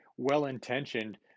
well-intentioned